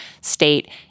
state